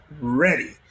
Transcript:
ready